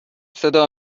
صدا